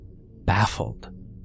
baffled